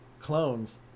clones